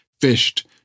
fished